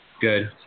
good